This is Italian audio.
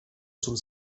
sul